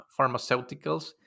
Pharmaceuticals